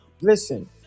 listen